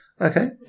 Okay